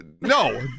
no